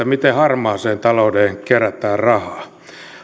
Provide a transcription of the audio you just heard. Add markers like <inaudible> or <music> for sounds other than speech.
<unintelligible> miten harmaan talouden torjuntaan kerätään rahaa